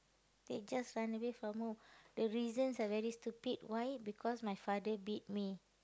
they just run away from home the reasons are very stupid why because my father beat me